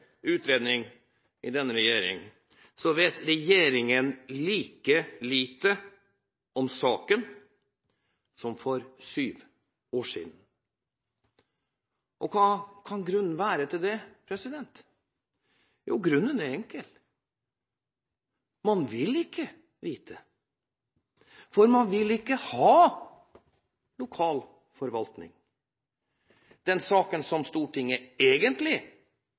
utredning av denne regjeringen vet regjeringen like lite om saken som for syv år siden. Og hva kan grunnen være til det? Grunnen er enkel: Man vil ikke vite, for man vil ikke ha lokal forvaltning. Den saken Stortinget egentlig debatterer, er